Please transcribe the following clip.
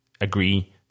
agree